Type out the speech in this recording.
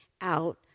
out